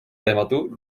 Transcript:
tématu